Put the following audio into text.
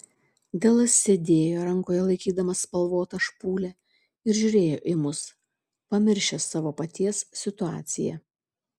delas sėdėjo rankoje laikydamas spalvotą špūlę ir žiūrėjo į mus pamiršęs savo paties situaciją